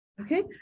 Okay